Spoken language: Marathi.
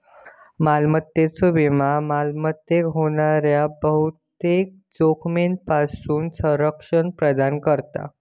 मालमत्तेचो विमो मालमत्तेक होणाऱ्या बहुतेक जोखमींपासून संरक्षण प्रदान करता